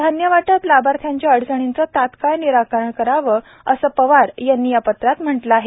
धान्यवाटप लाभार्थ्यांच्या अडचणींचं तत्काळ निराकरण करावं असं पवार यांनी या पत्रात म्हटलं आहे